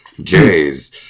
Jays